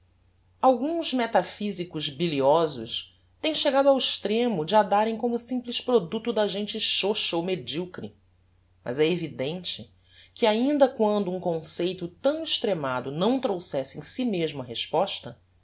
alguns metaphysicos biliosos tem chegado ao extremo de a darem como simples producto da gente chocha ou mediocre mas é evidente que ainda quando um conceito tão extremado não trouxesse em si mesmo a resposta